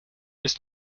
ist